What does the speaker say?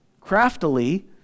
craftily